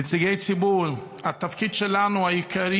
נציגי ציבור, התפקיד העיקרי